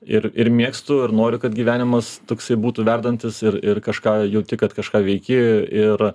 ir ir mėgstu ir noriu kad gyvenimas toksai būtų verdantis ir ir kažką jauti kad kažką veiki ir